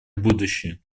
будущее